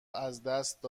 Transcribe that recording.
ازدست